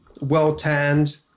well-tanned